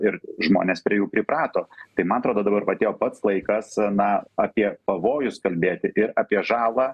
ir žmonės prie jų priprato tai man atrodo dabar atėjo pats laikas na apie pavojus kalbėti ir apie žalą